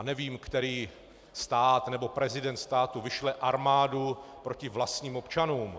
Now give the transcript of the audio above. Nevím, který stát nebo prezident státu vyšle armádu proti vlastním občanům.